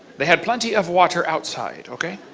they had plenty of water outside.